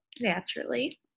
naturally